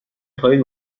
خواهید